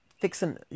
fixing